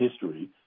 history